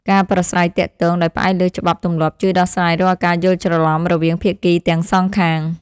ការប្រាស្រ័យទាក់ទងដោយផ្អែកលើច្បាប់ទម្លាប់ជួយដោះស្រាយរាល់ការយល់ច្រឡំរវាងភាគីទាំងសងខាង។